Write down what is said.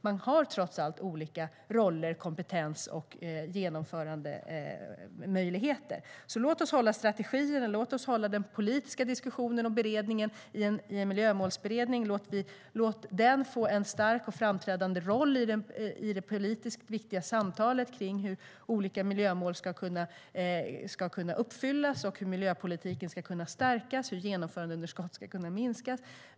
Man har trots allt olika roller, kompetens och genomförandemöjligheter. Låt oss därför hålla strategierna, den politiska diskussionen och beredningen i Miljömålsberedningen. Låt den få en stark och framträdande roll i de politiskt viktiga samtalen om hur olika miljömål ska kunna uppfyllas och hur miljöpolitiken ska kunna stärkas samt hur genomförandeunderskott ska kunna minskas.